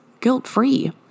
guilt-free